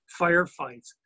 firefights